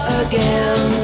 again